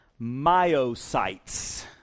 myocytes